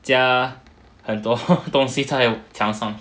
加很多东西在墙上